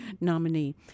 nominee